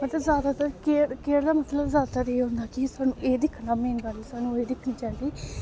मतलब जादातर care care दा मतलब जादातर एह् होंदा कि सानूं एह् दिक्खना मेन गल्ल सानूं एह् दिक्खनी चाहिदी